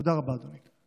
תודה רבה, אדוני.